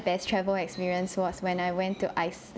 best travel experience was when I went to ice~